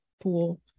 pool